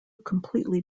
completely